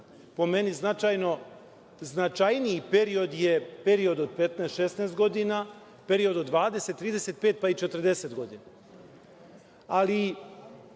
po meni, značajniji period je period od 15-16 godina, period od 20, 35, pa i 40 godina. Ali,